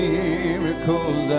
miracles